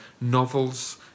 novels